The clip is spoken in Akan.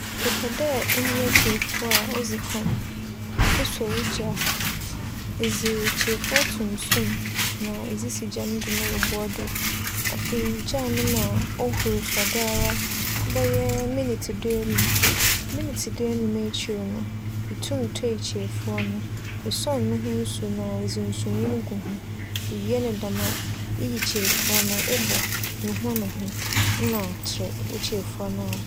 Epɛ dɛ enoa kyirefuwa a odzi kan, esͻ wo gya, edze kyirefuwa to nsu mu na edze si gya no do na ibua do. Afei, igyaa no ma ohur fa do ara bɛyɛ minitsi du-enum. Minisi du-enum ekyir no, itum tuei kyirefuwa no, esͻn no ho nsu na edze nsu nwin gu ho. Ewie no dɛm a, iyi kyirefuwa no, ebͻ na ihuan ho nna kyerɛ, wo kyirefuwa no aben.